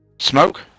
Smoke